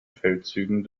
feldzügen